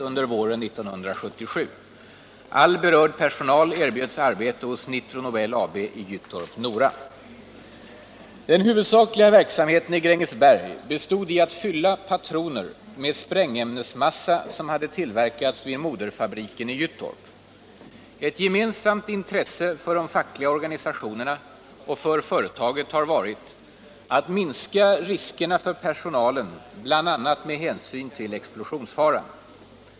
Herr Nyquist har frågat mig om jag är beredd att medverka i Gyttorp. Ett gemensamt intresse för de fackliga organisationerna och för företaget har varit att minska riskerna för personalen bl.a. med hänsyn till explosionsfaran.